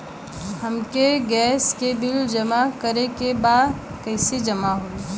हमके गैस के बिल जमा करे के बा कैसे जमा होई?